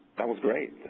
that was great,